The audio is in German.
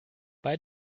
bei